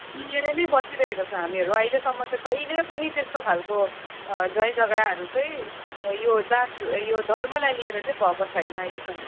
मिलेर नै बसिरहेको छ हामीहरू अहिलेसम्म त कहिले पनि त्यस्तो खालको झैँ झगडाहरू चाहिँ यो जात यो धर्मलाई लिएर चाहिँ भएको छैन अहिलेसम्म